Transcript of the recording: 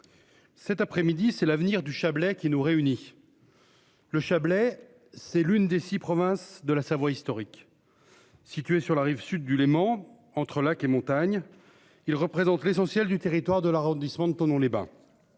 Cet après-midi c'est l'avenir du Chablais qui nous réunit. Le Chablais. C'est l'une des 6 provinces de la Savoie historique. Situé sur la rive sud du Léman entre lac et montagne. Ils représentent l'essentiel du territoire de l'arrondissement de Thonon-les-Bains.